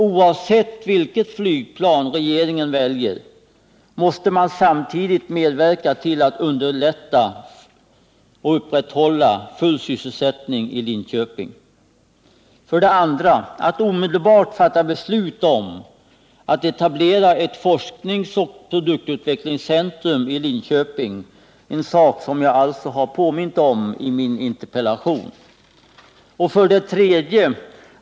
Oavsett vilket flygplan regeringen väljer, måste man samtidigt medverka till att underlätta och upprättahålla full sysselsättning i Linköping. 2. Att omedelbart fatta beslut om att etablera ett forskningsoch produktutvecklingscentrum i Linköping, en sak som jag alltså har påmint om i min interpellation. 3.